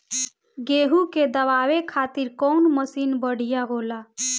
गेहूँ के दवावे खातिर कउन मशीन बढ़िया होला?